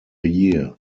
year